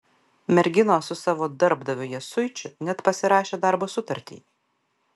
merginos su savo darbdaviu jasuičiu net pasirašė darbo sutartį